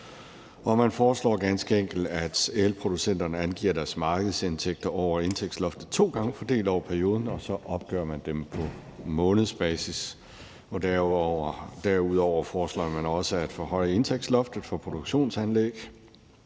man foreslår ganske enkelt, at elproducenterne angiver deres markedsindtægter over indtægtsloftet to gange fordelt over perioden, og at de så opgør dem på månedsbasis. Derudover foreslår man også at forhøje indtægtsloftet for produktionsanlæg